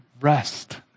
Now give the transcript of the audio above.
rest